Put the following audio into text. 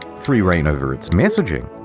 free rein over its messaging.